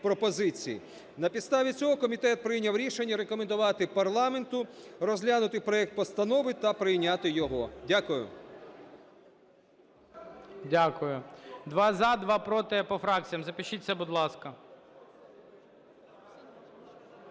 На підставі цього комітет прийняв рішення рекомендувати парламенту розглянути проект постанови та прийняти його. Дякую. ГОЛОВУЮЧИЙ. Дякую. Два – за, два – проти, по фракціях запишіться, будь ласка.